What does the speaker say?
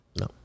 No